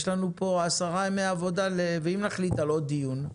יש לנו כאן עשרה ימי עבודה ואם נחליט על עוד דיון?